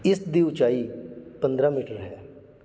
ਇਸ ਦੀ ਉੱਚਾਈ ਪੰਦਰ੍ਹਾਂ ਮੀਟਰ ਹੈ